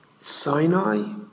Sinai